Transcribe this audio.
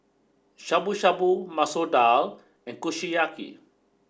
Shabu shabu Masoor Dal and Kushiyaki